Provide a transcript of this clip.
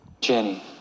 Jenny